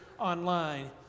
online